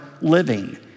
living